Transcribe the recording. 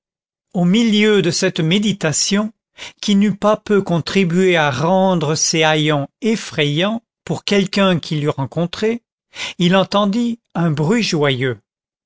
au milieu de cette méditation qui n'eût pas peu contribué à rendre ses haillons effrayants pour quelqu'un qui l'eût rencontré il entendit un bruit joyeux